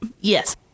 Yes